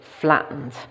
flattened